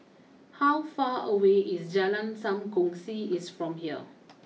how far away is Jalan Sam Kongsi is from here